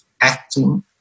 acting